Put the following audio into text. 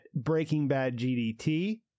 BreakingBadGDT